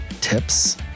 tips